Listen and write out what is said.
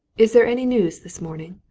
is there any news this morning?